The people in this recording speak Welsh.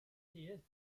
dydd